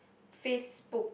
Facebook